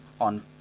on